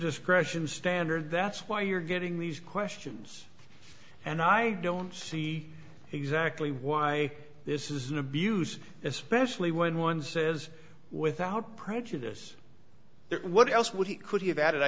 discretion standard that's why you're getting these questions and i don't see exactly why this is an abuse especially when one says without prejudice what else would he could have a